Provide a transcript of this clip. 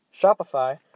Shopify